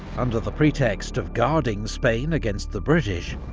under the pretext of guarding spain against the british,